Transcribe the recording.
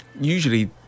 usually